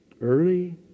early